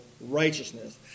righteousness